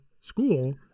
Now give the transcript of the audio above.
school